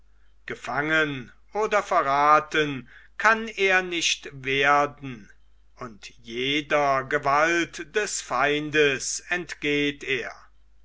gefangen oder verraten kann er nicht werden und jeder gewalt des feindes entgeht er